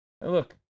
Look